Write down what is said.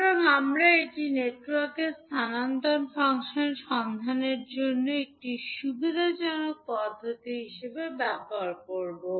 সুতরাং আমরা এটি নেটওয়ার্কের স্থানান্তর ফাংশন সন্ধানের জন্য একটি সুবিধাজনক পদ্ধতি হিসাবে ব্যবহার করব